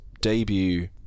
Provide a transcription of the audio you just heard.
debut